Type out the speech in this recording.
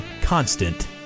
constant